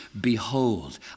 behold